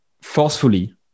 forcefully